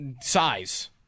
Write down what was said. size